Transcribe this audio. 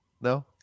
no